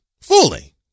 fully